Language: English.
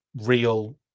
real